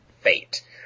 Fate